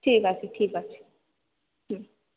ঠিক আছে ঠিক আছে হুম